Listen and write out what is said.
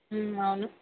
అవును